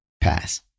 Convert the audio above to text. Pass